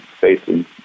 facing